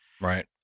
Right